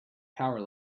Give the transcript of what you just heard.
power